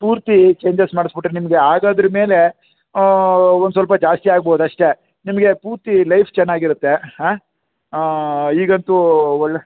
ಪೂರ್ತಿ ಚೇಂಜಸ್ ಮಾಡ್ಸಿ ಬಿಟ್ರೆ ನಿಮಗೆ ಆಗೋದ್ರ ಮೇಲೆ ಒಂದು ಸ್ವಲ್ಪ ಜಾಸ್ತಿ ಆಗ್ಬೋದು ಅಷ್ಟೆ ನಿಮಗೆ ಪೂರ್ತಿ ಲೈಫ್ ಚೆನ್ನಾಗಿರುತ್ತೆ ಆಂ ಈಗಂತೂ ಒಳ್ಳೆ